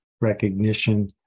recognition